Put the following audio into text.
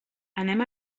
anem